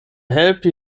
helpi